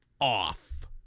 off